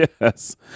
Yes